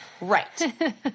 Right